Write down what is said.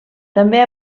també